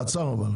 קצר אבל.